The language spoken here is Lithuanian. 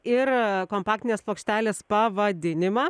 ir kompaktinės plokštelės pavadinimą